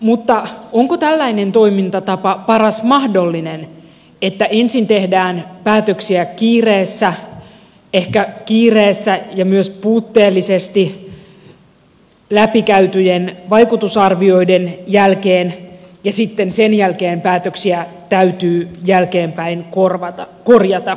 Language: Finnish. mutta onko tällainen toimintatapa paras mahdollinen että ensin tehdään päätöksiä kiireessä ehkä kiireessä ja myös puutteellisesti läpikäytyjen vaikutusarvioiden jälkeen ja sitten sen jälkeen päätöksiä täytyy jälkeenpäin korjata